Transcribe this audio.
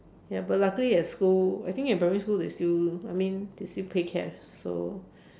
ya but luckily at school I think in primary school they still I mean they still pay cash so